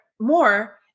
more